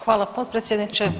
Hvala potpredsjednice.